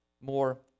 more